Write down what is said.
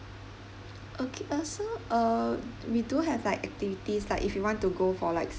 okay uh so uh we do have like activities like if you want to go for like